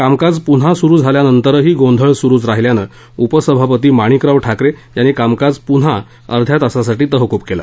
कामकाज पुन्हा सुरू झाल्यानंतरही गोंधळ सुरूच राहिल्यानं उपसभापती माणिकराव ठाकरे यांनी कामकाज पुन्हा अध्या तासासाठी तहकूब केलं